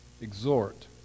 exhort